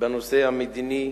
בנושא המדיני,